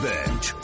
Bench